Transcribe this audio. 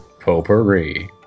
Potpourri